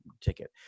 ticket